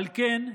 "על כן,